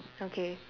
okay